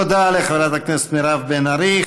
תודה לחברת הכנסת מירב בן ארי.